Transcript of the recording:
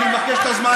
אני מבקש את הזמן הזה.